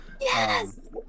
Yes